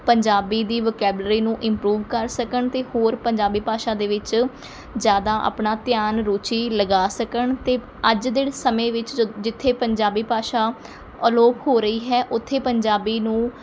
ਪੰਜਾਬੀ ਦੀ ਵੋਕੈਬਲਰੀ ਨੂੰ ਇਮਪਰੂਵ ਕਰ ਸਕਣ ਅਤੇ ਹੋਰ ਪੰਜਾਬੀ ਭਾਸ਼ਾ ਦੇ ਵਿੱਚ ਜ਼ਿਆਦਾ ਆਪਣਾ ਧਿਆਨ ਰੁਚੀ ਲਗਾ ਸਕਣ ਅਤੇ ਅੱਜ ਦੇ ਸਮੇਂ ਵਿੱਚ ਜੋ ਜਿੱਥੇ ਪੰਜਾਬੀ ਭਾਸ਼ਾ ਅਲੋਪ ਹੋ ਰਹੀ ਹੈ ਉੱਥੇ ਪੰਜਾਬੀ ਨੂੰ